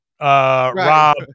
Rob